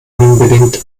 unbedingt